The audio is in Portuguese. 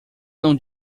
não